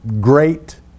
great